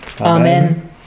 Amen